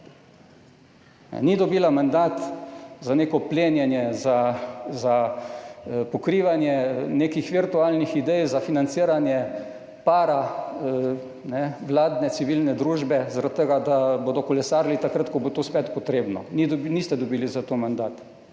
Ni dobila mandata za neko plenjenje, za pokrivanje nekih virtualnih idej, za financiranje paravladne civilne družbe ali zaradi tega, da bodo kolesarili takrat, ko bo to spet potrebno. Niste zato dobili mandata,